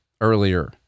earlier